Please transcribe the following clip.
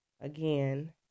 Again